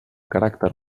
caràcter